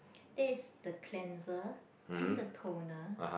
that is the cleanser and the toner